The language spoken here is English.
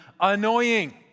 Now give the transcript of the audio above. annoying